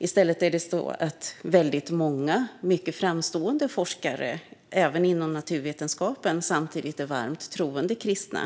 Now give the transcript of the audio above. I stället är det så att många mycket framstående forskare, även inom naturvetskapen, samtidigt är varmt troende kristna.